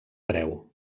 preu